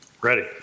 Ready